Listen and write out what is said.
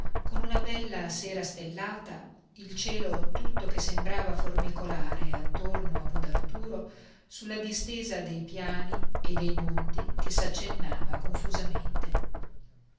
con una bella sera stellata il cielo tutto che sembrava formicolare attorno a budarturo sulla distesa dei piani e dei monti che s'accennava confusamente